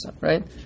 right